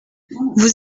vous